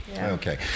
Okay